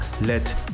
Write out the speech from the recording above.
let